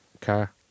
Car